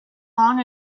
long